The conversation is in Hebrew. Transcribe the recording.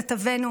כתבנו